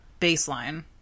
baseline